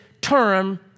term